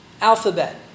alphabet